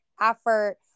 effort